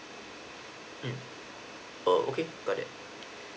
mm err okay got it